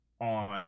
on